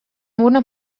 una